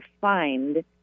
find